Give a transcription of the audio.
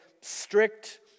strict